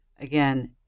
again